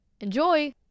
enjoy